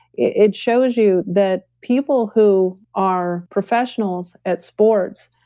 it shows you that people who are professionals at sports,